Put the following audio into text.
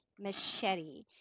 machete